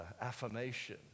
affirmation